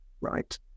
right